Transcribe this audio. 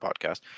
podcast